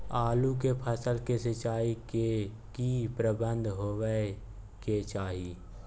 आलू के फसल के सिंचाई के की प्रबंध होबय के चाही?